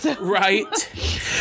Right